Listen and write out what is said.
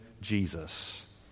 Jesus